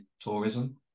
tourism